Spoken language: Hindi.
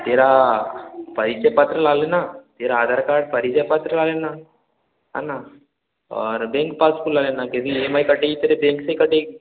तेरा परिचय पत्र ला लेना तेरा आधार कार्ड परिचय पत्र ला लेना है ना और बैंक पासबुक ला लेना क्योंकि ई एम आई कटेंगी तेरे बैंक से ही कटेंगी